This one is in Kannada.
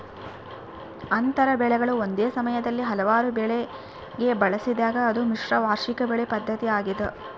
ಅಂತರ ಬೆಳೆಗಳು ಒಂದೇ ಸಮಯದಲ್ಲಿ ಹಲವಾರು ಬೆಳೆಗ ಬೆಳೆಸಿದಾಗ ಅದು ಮಿಶ್ರ ವಾರ್ಷಿಕ ಬೆಳೆ ಪದ್ಧತಿ ಆಗ್ಯದ